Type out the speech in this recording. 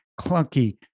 clunky